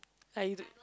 I d~